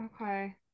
Okay